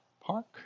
Park